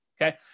okay